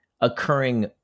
occurring